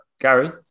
Gary